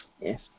Yes